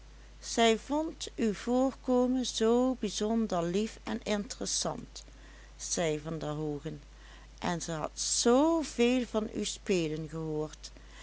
zij vond uw voorkomen zoo bijzonder lief en intéressant zei van der hoogen en ze had z veel van uw spelen gehoord